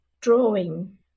drawing